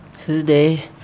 Today